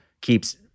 keeps